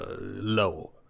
low